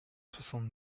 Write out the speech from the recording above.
soixante